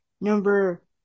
number